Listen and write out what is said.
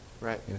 Right